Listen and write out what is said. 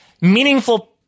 meaningful